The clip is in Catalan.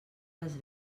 les